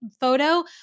photo